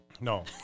No